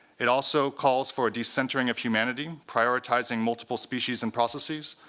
it also calls for a decentering of humanity, prioritizing multiple species and processes,